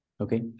Okay